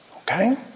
Okay